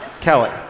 Kelly